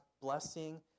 blessing